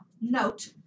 note